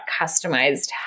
customized